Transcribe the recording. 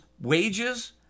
wages